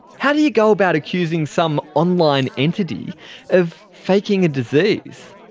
how do you go about accusing some online entity of faking a disease?